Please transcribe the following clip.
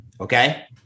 okay